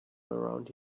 around